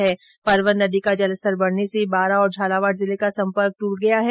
वहीं परवन नदी का जलस्तर बढने से बारा और झालावाड जिले का सम्पर्क ट्रट गया है